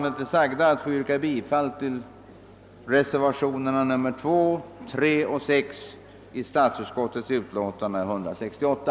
Med det anförda ber jag att få yrka bifall till reservationerna 2, 3 och 6 i statsutskottets utlåtande nr 168.